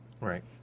Right